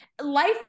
life